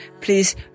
please